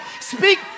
Speak